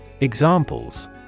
Examples